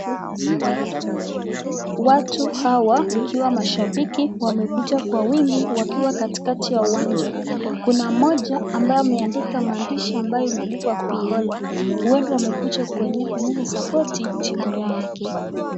Watu hawa ikiwa mashabiki wamekuja kwa wingi wakiwa katikati ya uwanja. Kuna mmoja ambaye ameandika maandishi ambayo inaandikwa khwakhola . Huenda wamekuja kuonyesha support timu yao.